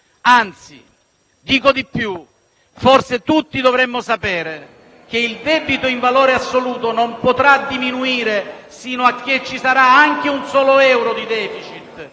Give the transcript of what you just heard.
Anzi, dico di più: forse tutti dovremmo sapere che il debito in valore assoluto non potrà diminuire fino a che ci sarà anche un solo euro di *deficit*